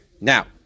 Now